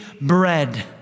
bread